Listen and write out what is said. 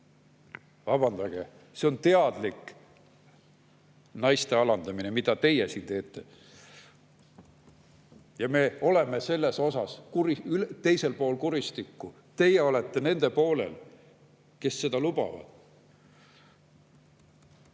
Vabandage, see on teadlik naiste alandamine, mida teie siin teete! Me oleme selles mõttes teisel pool kuristikku. Teie olete nende poolel, kes seda lubavad.